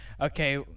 Okay